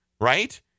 right